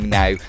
now